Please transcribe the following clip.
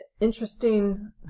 interesting